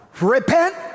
repent